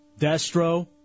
Destro